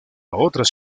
otras